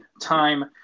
time